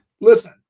listen